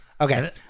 Okay